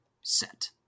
set